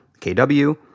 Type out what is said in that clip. KW